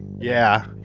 yeah,